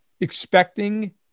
expecting –